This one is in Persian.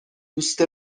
دوست